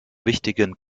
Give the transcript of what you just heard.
wichtigen